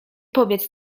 powiedz